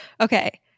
Okay